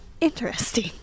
Interesting